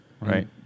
Right